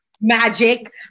magic